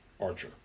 Archer